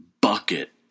bucket